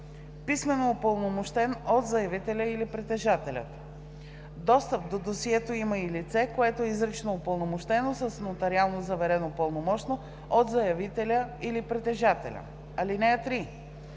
писмено упълномощен от заявителя или притежателя. Достъп до досието има и лице, което е изрично упълномощено с нотариално заверено пълномощно от заявителя или притежателя. (3)